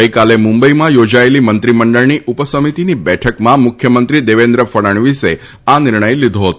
ગઇકાલે મુંબઇમાં યોજાયેલી મંત્રીમંડળની ઉપ સમિતીની બેઠકમાં મુખ્યમંત્રી દેવેન્દ્ર ફડણવીસે આ નિર્ણય લીધો હતો